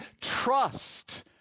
trust